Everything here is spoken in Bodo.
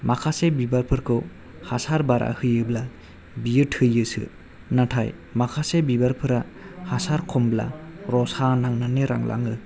माखासे बिबारफोरखौ हासार बारा होयोबा बियो थैयोसो नाथाय माखासे बिबारफोरा हासार खमब्ला रसा नांनानै रानलाङो